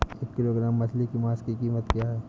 एक किलोग्राम मछली के मांस की कीमत क्या है?